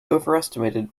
overestimated